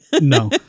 no